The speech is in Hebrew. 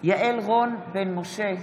יעל רון בן משה,